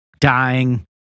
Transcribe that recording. dying